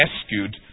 rescued